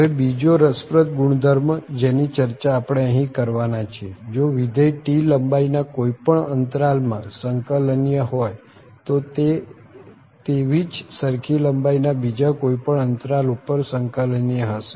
હવે બીજો રસપ્રદ ગુણધર્મ જેની ચર્ચા આપણે અહીં કરવાના છીએજો વિધેય T લંબાઈ ના કોઈ પણ અંતરાલ માં સંક્લનીય હોય તો તે તેવી જ સરખી લંબાઈ ના બીજા કોઈ પણ અંતરાલ ઉપર સંક્લનીય હશે